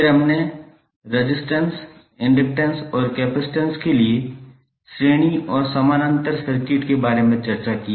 फिर हमने resistance inductance और कपसिटंस के लिए श्रेणी और समानांतर सर्किट के बारे में चर्चा की